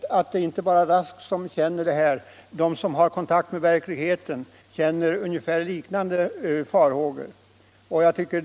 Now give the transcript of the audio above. Jag vet att det inte bara är herr Rask som känner det så; alla som har kontakt med verkligheten hyser liknande farhågor.